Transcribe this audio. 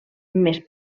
més